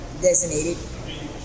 designated